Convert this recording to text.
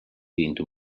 into